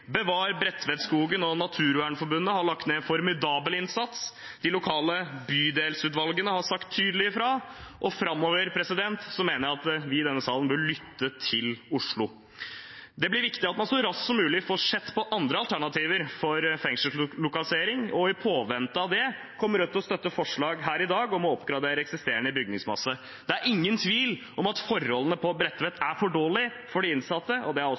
og Naturvernforbundet har lagt ned en formidabel innsats. De lokale bydelsutvalgene har sagt tydelig ifra, og framover mener jeg at vi i denne salen bør lytte til Oslo. Det blir viktig at man så raskt som mulig får sett på andre alternativer for fengselslokalisering, og i påvente av det kommer Rødt til å støtte forslag her i dag om å oppgradere eksisterende bygningsmasse. Det er ingen tvil om at forholdene på Bredtvet er for dårlige for de innsatte, og det er